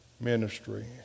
ministry